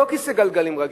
לא כיסא גלגלים רגיל,